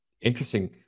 Interesting